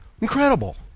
Incredible